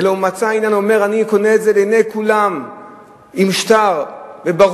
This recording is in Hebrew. אלא הוא מצא עניין לומר: אני קונה את זה לעיני כולם עם שטר ברור,